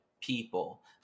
people